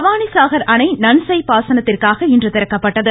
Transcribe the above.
பவானி சாஹர் அணை நன்செய் பாசனத்திற்காக இன்று திறக்கப்பட்டது